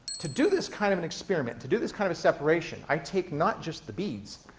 to do this kind of and experiment, to do this kind of a separation, i take not just the beads,